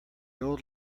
old